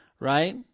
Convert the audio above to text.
Right